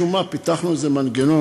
משום מה פיתחנו מנגנון,